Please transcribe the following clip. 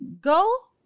go